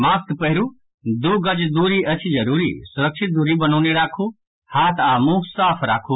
mask पहिरू दू गज दूरी अछि जरूरी सुरक्षित दूरी बनौने राखू हाथ आ मुंह साफ राखू